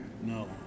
No